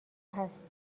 هستی